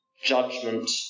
judgment